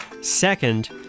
Second